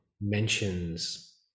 mentions